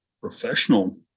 professional